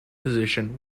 position